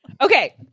Okay